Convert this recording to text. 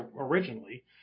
originally